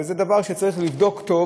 וזה דבר שצריך לבדוק היטב,